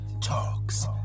Talks